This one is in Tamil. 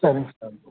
சரிங்க சார்